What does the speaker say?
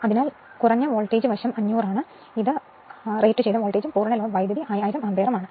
അതിനാൽ low voltage വശം voltage 500 ആണ് ഇത് റേറ്റുചെയ്ത വോൾട്ടേജും പൂർണ്ണ ലോഡ് കറന്റ് 1000 ആമ്പിയറുമാണ്